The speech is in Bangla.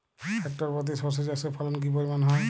হেক্টর প্রতি সর্ষে চাষের ফলন কি পরিমাণ হয়?